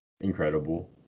Incredible